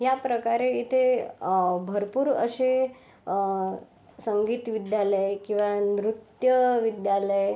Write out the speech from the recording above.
ह्याप्रकारे इथे भरपूर असे संगीत विद्यालय किंवा नृत्य विद्यालय